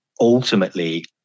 ultimately